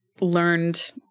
learned